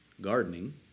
gardening